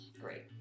great